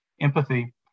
empathy